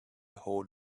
hold